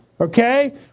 Okay